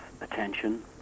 attention